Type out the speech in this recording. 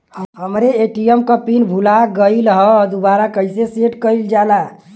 हमरे ए.टी.एम क पिन भूला गईलह दुबारा कईसे सेट कइलजाला?